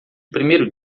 primeiro